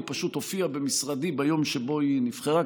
היא פשוט הופיעה במשרדי ביום שבו היא נבחרה,